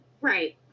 Right